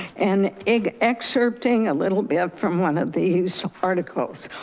and in excerpting a little bit from one of these articles.